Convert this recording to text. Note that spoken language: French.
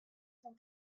sont